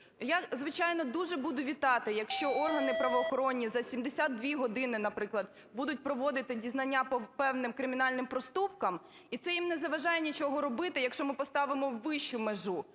Я, звичайно, дуже буду вітати, якщо органи правоохоронні за 72 години, наприклад, будуть проводити дізнання по певним кримінальним проступкам, і це їм не заважає нічого робити, якщо ми поставимо вищу межу,